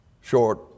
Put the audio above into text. short